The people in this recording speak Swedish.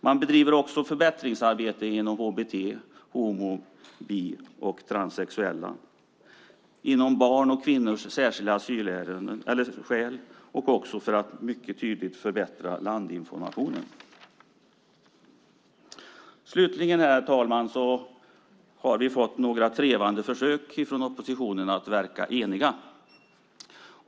Man bedriver också förbättringsarbete för hbt-personer, homo-, bi och transsexuella, för barns och kvinnors särskilda asylskäl och också för att mycket tydligt förbättra landinformationen. Slutligen, herr talman, har vi fått några trevande försök från oppositionen att verka enig.